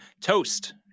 Toast